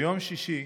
ביום שישי,